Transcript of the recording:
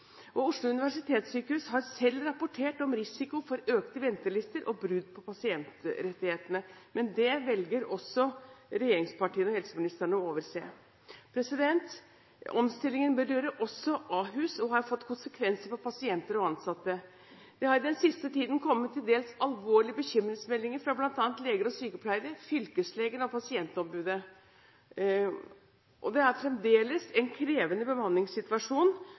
måte. Oslo universitetssykehus har selv rapportert om risiko for økte ventelister og brudd på pasientrettighetene, men det velger også regjeringspartiene og helseministeren å overse. Omstillingen berører også Ahus og har fått konsekvenser for pasienter og ansatte. Det har i den siste tiden kommet til dels alvorlige bekymringsmeldinger fra bl.a. leger, sykepleiere, fylkeslegen og pasientombudet. Det er fremdeles en krevende bemanningssituasjon.